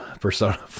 Persona